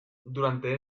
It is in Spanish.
durante